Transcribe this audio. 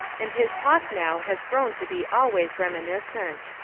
and his talk now has grown to be always reminiscent.